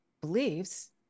beliefs